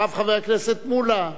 ואחריו, חבר הכנסת מולה.